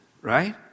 right